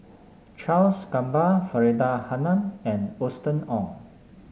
Charles Gamba Faridah Hanum and Austen Ong